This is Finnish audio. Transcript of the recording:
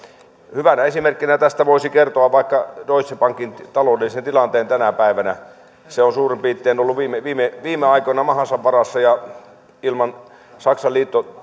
hyvänä esimerkkinä tästä voisi kertoa vaikka deutsche bankin taloudellisen tilanteen tänä päivänä se on suurin piirtein ollut viime viime aikoina mahansa varassa ja ilman saksan